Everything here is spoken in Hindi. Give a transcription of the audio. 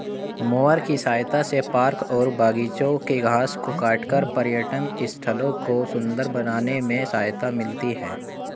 मोअर की सहायता से पार्क और बागिचों के घास को काटकर पर्यटन स्थलों को सुन्दर बनाने में सहायता मिलती है